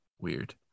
Weird